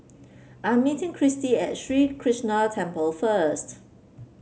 I am meeting Christy at Sri Krishnan Temple first